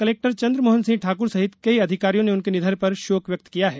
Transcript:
collector Chandramohan Singh Thakur सहित कई अधिकारियों ने उनके निधन पर शोक व्यक्त किया है